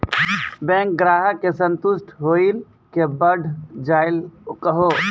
Bank ग्राहक के संतुष्ट होयिल के बढ़ जायल कहो?